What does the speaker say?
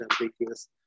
ambiguous